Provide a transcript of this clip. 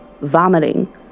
vomiting